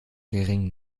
geringen